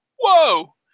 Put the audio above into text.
Whoa